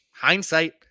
hindsight